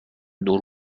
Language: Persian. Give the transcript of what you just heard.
دور